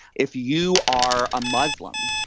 if you are a muslim,